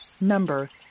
Number